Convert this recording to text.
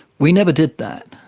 we never did that.